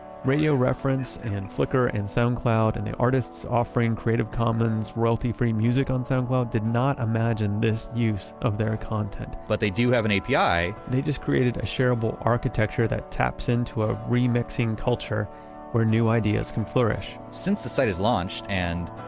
radio reference and flickr, and soundcloud, and the artists offering creative comments, royalty-free music on soundcloud did not imagine this use of their content but they do have an api they just created a shareable architecture that taps into a remixing culture where new ideas can flourish since the site is launched and